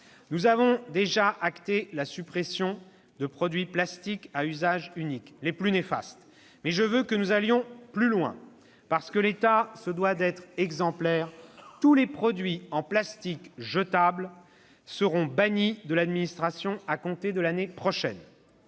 Nous avons déjà acté la suppression des produits plastiques à usage unique les plus néfastes. Mais je veux que nous allions plus loin. « Parce que l'État se doit d'être exemplaire, tous les produits en plastique jetables seront bannis de l'administration à compter de l'année prochaine.